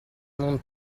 non